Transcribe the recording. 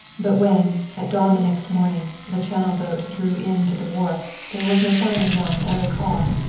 but when, at dawn the next morning, the channel boat drew in to the wharf there was no sign of jean or the car.